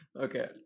Okay